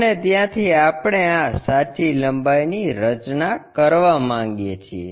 અને ત્યાંથી આપણે આ સાચી લંબાઈ ની રચના કરવા માંગીએ છીએ